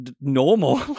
normal